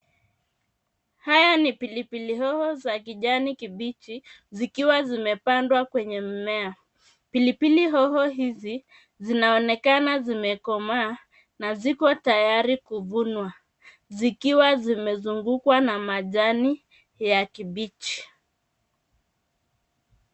Haya ni pilipili hoho za kijani kibichi zikiwa zimepandwa kwenye mmea. Pilipili hoho hizi zinaonekana zimekomaa na ziko tayari kuvunwa. Zikiwa zimezungukwa na majani ya kibichi.